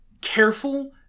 careful